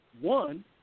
one